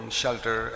shelter